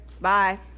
Bye